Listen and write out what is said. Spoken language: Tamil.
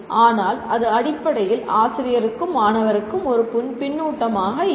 ஆனால் அது அடிப்படையில் ஆசிரியருக்கும் மாணவருக்கும் ஒரு பின்னூட்டமாக இருக்கும்